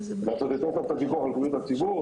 לעשות יותר טוב את הפיקוח על בריאות הציבור.